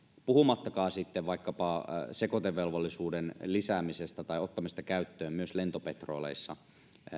puhumattakaan sitten vaikkapa sekoitevelvollisuuden lisäämisestä tai ottamisesta käyttöön myös lentopetroleissa